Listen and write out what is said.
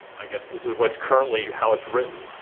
i guess this is what's currently how it's written.